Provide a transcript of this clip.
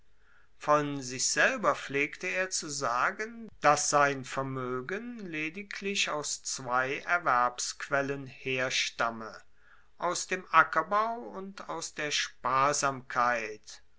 von sich selber pflegte er zu sagen dass sein vermoegen lediglich aus zwei erwerbsquellen herstamme aus dem ackerbau und aus der sparsamkeit